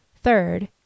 Third